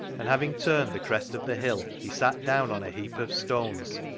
and having turned the crest of the hill, he sat down on a heap of stones,